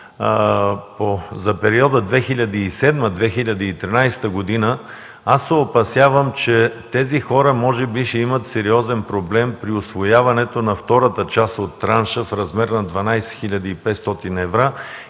за периода 2007-2013 г., опасявам се, че тези хора може би ще имат сериозен проблем при усвояването на втората част от транша в размер на 12 хил. 500 евра.